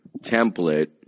template